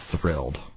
thrilled